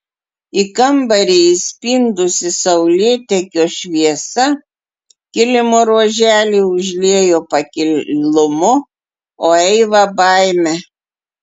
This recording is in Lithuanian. į kambarį įspindusi saulėtekio šviesa kilimo ruoželį užliejo pakilumu o eivą baime